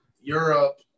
Europe